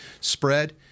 spread